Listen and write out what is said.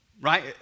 right